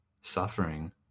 suffering